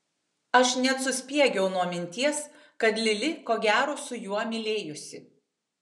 aš net suspiegiau nuo minties kad lili ko gero su juo mylėjosi